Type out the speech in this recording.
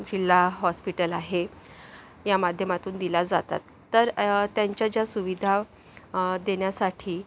जिल्हा हॉस्पिटल आहे या माध्यमातून दिल्या जातात तर त्यांच्या ज्या सुविधा देण्यासाठी